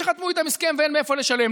שחתמו איתם הסכם ואין מאיפה לשלם,